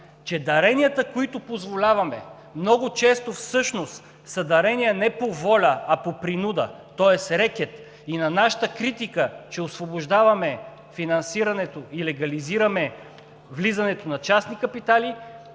че даренията, които позволяваме, много често всъщност са дарения не по воля, а по принуда, тоест рекет. На нашата критика, че освобождаваме финансирането и легализираме влизането на частни капитали,